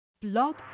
Blog